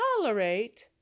tolerate